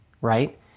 right